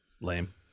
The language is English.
lame